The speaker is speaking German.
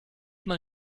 mal